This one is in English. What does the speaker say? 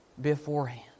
beforehand